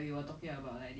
so be it meh